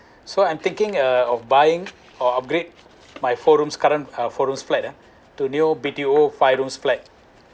so I'm thinking uh of buying or upgrade my four rooms current uh four rooms flat ah to new B_T_O five room flat